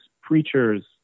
preachers